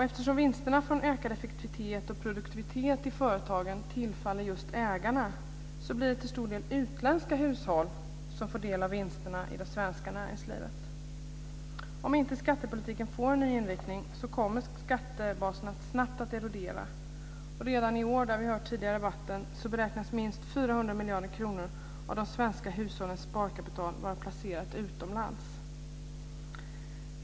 Eftersom vinsterna från ökad effektivitet och produktivitet i företagen tillfaller just ägarna, blir det till stor del utländska hushåll som får del av vinsterna i det svenska näringslivet. Om inte skattepolitiken får en ny inriktning kommer skattebasen att snabbt erodera. Redan i år - det har vi hört tidigare i debatten - beräknas minst 400 miljarder kronor av de svenska hushållens sparkapital vara placerat utomlands.